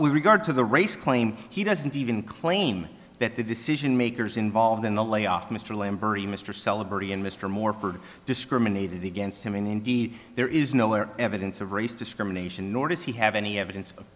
we regard to the race claimed he doesn't even claim that the decision makers involved in the layoffs mr lamb burry mr celebrating and mr morford discriminated against him indeed there is no evidence of race discrimination nor does he have any evidence of